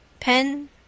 Pen